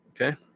Okay